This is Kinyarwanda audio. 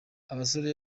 abasore